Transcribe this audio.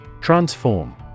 Transform